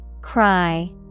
Cry